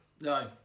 no